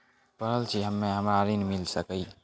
पढल छी हम्मे हमरा ऋण मिल सकई?